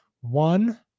one